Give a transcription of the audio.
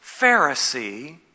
Pharisee